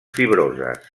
fibroses